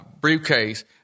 briefcase